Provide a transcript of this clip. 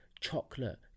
chocolate